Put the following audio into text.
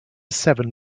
seven